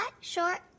short